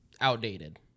outdated